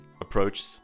approach